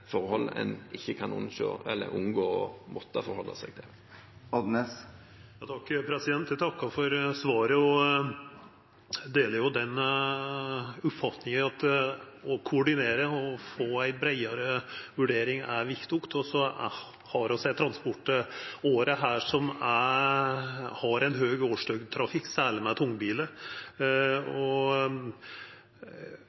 kan unngå å måtte forholde seg til. Eg takkar for svaret. Eg deler den oppfatninga at å koordinera og få ei breiare vurdering er viktig. Vi har her ei transportåre som har ein høg årsdøgntrafikk, særleg med tungbilar.